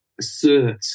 assert